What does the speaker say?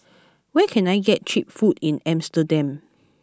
where can I get cheap food in Amsterdam